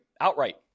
outright